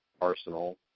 arsenal